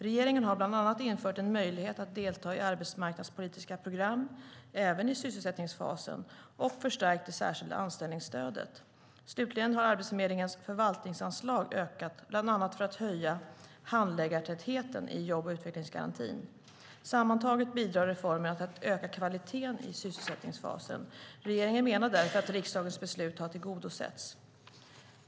Regeringen har bland annat infört en möjlighet att delta i arbetsmarknadspolitiska program även i sysselsättningsfasen och förstärkt det särskilda anställningsstödet. Slutligen har Arbetsförmedlingens förvaltningsanslag ökat, bland annat för att höja handläggartätheten i jobb och utvecklingsgarantin. Sammantaget bidrar reformerna till att öka kvaliteten i sysselsättningsfasen. Regeringen menar därför att riksdagens beslut har tillgodosetts.